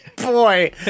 Boy